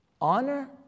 honor